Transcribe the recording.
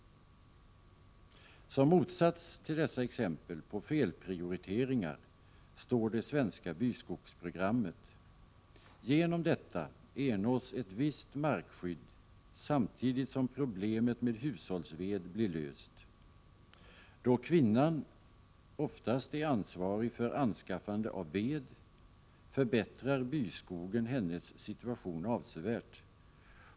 Som motsats till dessa exempel på felprioriteringar står det svenska byskogsprogrammet. Genom detta ernås ett visst markskydd samtidigt som problemet med hushållsved blir löst. Då kvinnan oftast är ansvarig för anskaffande av ved förbättrar byskogen hennes situation avsevärt.